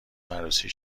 عروسی